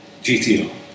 GTO